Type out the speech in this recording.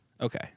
Okay